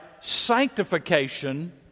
sanctification